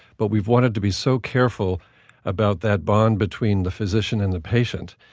but we've wanted to be so careful about that bond between the physician and the patient,